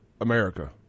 America